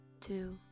two